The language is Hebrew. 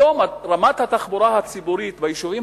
היום רמת התחבורה הציבורית ביישובים